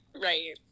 right